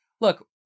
look